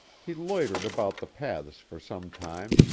he loitered about the paths for some time,